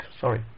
sorry